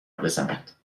بزند